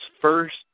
first